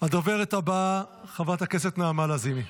הדוברת הבאה, חברת הכנסת נעמה לזימי.